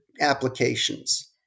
applications